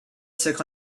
took